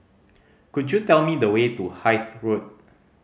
could you tell me the way to Hythe Road